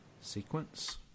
Sequence